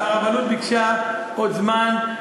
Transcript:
כיוון שהרבנות ביקשה עוד זמן.